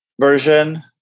version